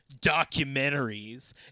Documentaries